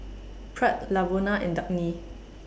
Pratt Lavona and Dagny